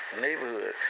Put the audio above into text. neighborhood